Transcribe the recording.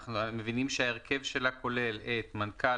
אנחנו מבינים שההרכב שלה כולל את מנכ"ל